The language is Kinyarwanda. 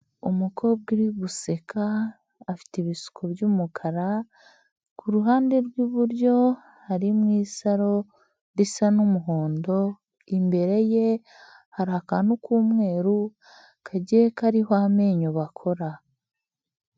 Umukobwa uri guseka, afite ibisuko by'umukara, ku ruhande rw'iburyo, harimo isaro risa n'umuhondo, imbere ye hari akantu k'umweru kagiye kariho amenyo bakora.